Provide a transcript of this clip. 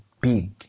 big